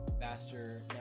faster